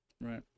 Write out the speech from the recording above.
Right